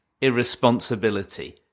irresponsibility